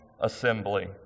assembly